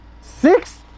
Six